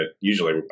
Usually